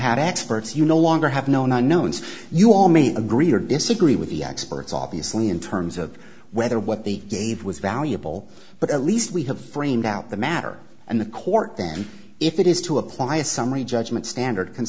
had experts you no longer have known unknowns you all may agree or disagree with the experts obviously in terms of whether what they gave was valuable but at least we have framed out the matter and the court then if it is to apply a summary judgment standard can